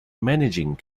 managing